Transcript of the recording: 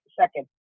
second